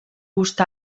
gust